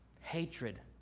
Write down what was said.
hatred